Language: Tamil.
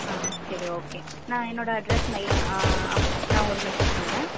ஆ சரி ஓகே நான் என்னோடய அட்ரஸ் நான் ஏ நான் உங்களுக்கு மெசேஜ் பண்ணுறேன்